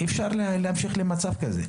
אי אפשר שיימשך מצב כזה.